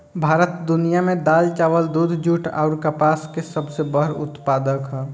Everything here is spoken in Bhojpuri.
भारत दुनिया में दाल चावल दूध जूट आउर कपास के सबसे बड़ उत्पादक ह